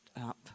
up